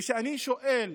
וכשאני שואל